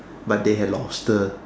but they have lobster